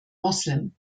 moslem